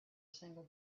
single